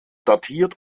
datiert